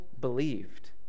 believed